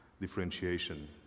differentiation